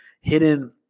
hidden